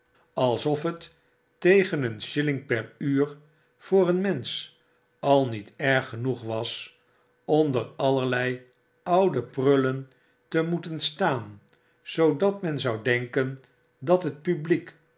alsof het tegen een shilling peruur voor een mensch al niet erggenoegwas onder allerlei oude prullen te moeten staan zoodat men zou denken dat het publiek